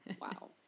Wow